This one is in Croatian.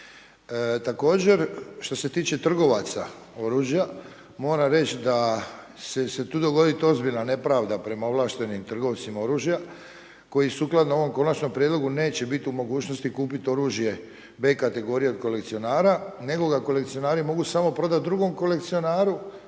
Također što se tiče trgovaca oružja, moram reći da će se tu dogoditi ozbiljna nepravda prema ovlaštenim trgovcima oružja koji sukladno ovom Konačnom prijedlogu neće biti u mogućnosti kupiti oružje B kategorije od kolekcionara, nego ga kolekcionari mogu samo prodati drugom kolekcionaru